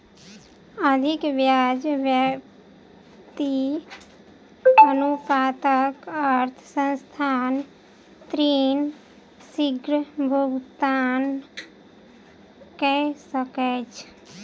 अधिक ब्याज व्याप्ति अनुपातक अर्थ संस्थान ऋण शीग्र भुगतान कय सकैछ